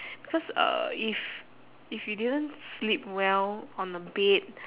because uh if if you didn't sleep well on the bed